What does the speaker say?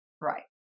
Right